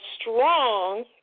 strong